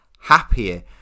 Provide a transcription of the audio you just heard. happier